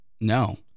no